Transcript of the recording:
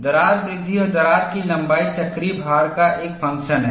दरार वृद्धि और दरार की लंबाई चक्रीय भार का एक फंक्शन है